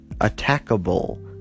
attackable